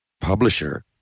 publisher